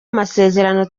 amasezerano